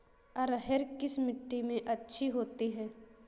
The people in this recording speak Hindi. अरहर किस मिट्टी में अच्छी होती है?